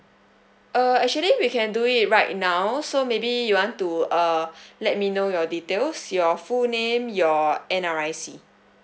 uh actually we can do it right now so maybe you want to uh let me know your details your full name your N_R_I_C